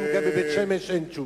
היום גם בבית-שמש אין תשובה.